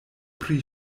pri